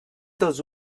dels